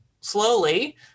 slowly